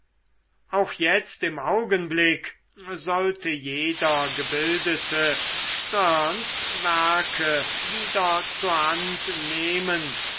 auch jetzt im augenblick sollte jeder gebildete sternes werke wieder zur hand nehmen